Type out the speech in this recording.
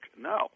no